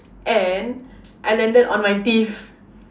and I landed on my teeth